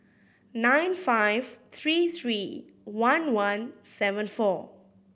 nine five three three one one seven four